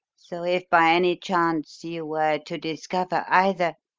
so if by any chance you were to discover either